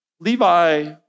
Levi